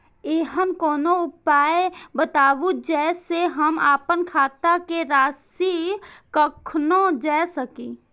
ऐहन कोनो उपाय बताबु जै से हम आपन खाता के राशी कखनो जै सकी?